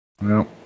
No